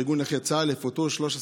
בארגון נכי צה"ל יפוטרו 13